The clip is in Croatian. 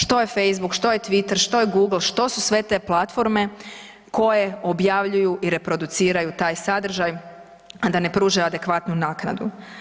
Što je Facebook, što je Twitter, što je Google, što su sve te platforme koje objavljuju i reproduciraju taj sadržaj, a da ne pružaju adekvatnu naknadu.